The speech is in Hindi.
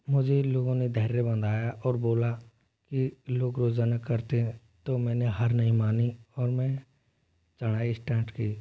मुझे इन लोगों ने धैर्य बनाया और बोला कि लोग रोजाना करते हैं तो मैंने हार नहीं मानी और मैं चढ़ाई स्टार्ट की